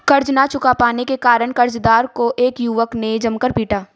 कर्ज ना चुका पाने के कारण, कर्जदार को एक युवक ने जमकर पीटा